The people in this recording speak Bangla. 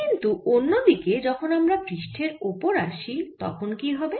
কিন্তু অন্য দিকে যখন আমরা পৃষ্ঠের ওপর আসি তখন কি হবে